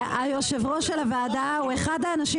יושב הראש של הוועדה הוא אחד האנשים